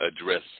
address